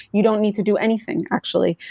you don't need to do anything actually.